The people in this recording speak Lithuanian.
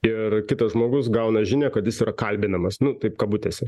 ir kitas žmogus gauna žinią kad jis yra kalbinamas nu taip kabutėse